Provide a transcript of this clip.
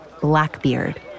Blackbeard